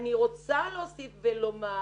אני רוצה להוסיף ולומר